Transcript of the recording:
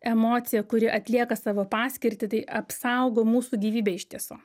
emocija kuri atlieka savo paskirtį tai apsaugo mūsų gyvybę iš tiesų